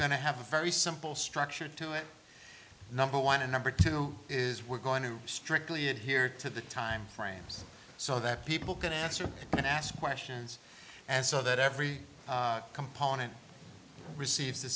to have a very simple structure to it number one and number two is we're going to strictly adhere to the time frames so that people can answer and ask questions and so that every component receives the